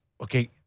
Okay